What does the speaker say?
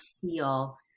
feel